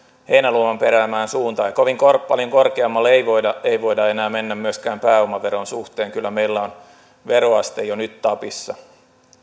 heinäluoman peräämään suuntaan kovin paljon korkeammalle ei voida ei voida enää mennä myöskään pääomaveron suhteen kyllä meillä on veroaste jo nyt tapissa